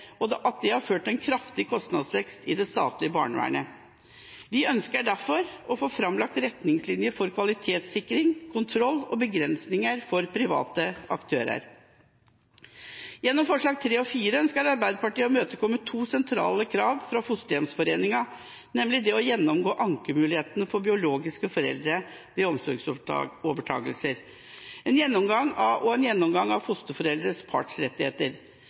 Regjeringen beskriver at det har ført til en kraftig kostnadsvekst i det statlige barnevernet. Vi ønsker derfor å få framlagt retningslinjer for kvalitetssikring, kontroll og begrensninger av uttak for private aktører. Gjennom forslagene nr. 3 og 4 ønsker Arbeiderpartiet å imøtekomme to sentrale krav fra Fosterhjemsforeningen, nemlig en gjennomgang av ankemulighetene for biologiske foreldre ved omsorgsovertakelse og en gjennomgang av fosterforeldres partsrettigheter